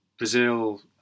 Brazil